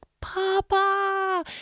Papa